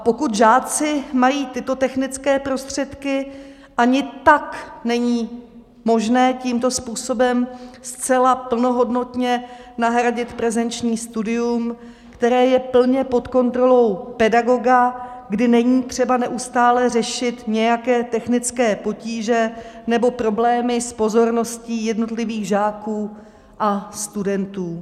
Pokud žáci mají tyto technické prostředky, ani tak není možné tímto způsobem zcela plnohodnotně nahradit prezenční studium, které je plně pod kontrolou pedagoga, kdy není třeba neustále řešit nějaké technické potíže nebo problémy s pozorností jednotlivých žáků a studentů.